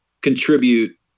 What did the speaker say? contribute